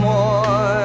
one